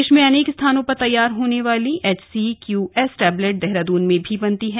देश में अनेक स्थानों पर तैयार होने वाली एचसीक्यूएस टैबलेट देहरादून में भी बनती है